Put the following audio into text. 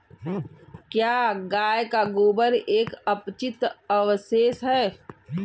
क्या गाय का गोबर एक अपचित अवशेष है?